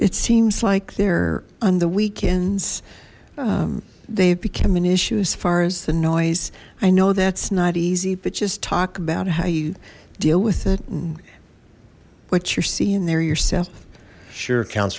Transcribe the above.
it seems like they're on the weekends they've become an issue as far as the noise i know that's not easy but just talk about how you deal with it and what you're seeing there yourself sure coun